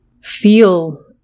feel